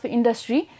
Industry